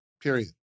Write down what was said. Period